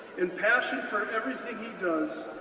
and passion for everything he does,